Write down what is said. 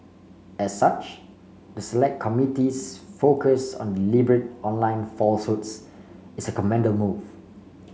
as such the select committee's focus on deliberate online falsehoods is commend move